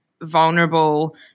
vulnerable